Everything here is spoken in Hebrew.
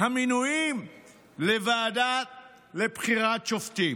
המינויים לוועדה לבחירת שופטים.